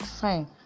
fine